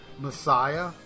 Messiah